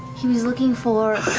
he was looking for